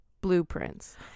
blueprints